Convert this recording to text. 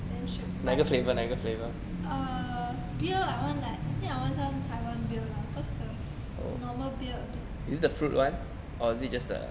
!wah! damn shiok but err beer I want like I think I want some taiwan beer lah cause the normal beer a bit